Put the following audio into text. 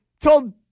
told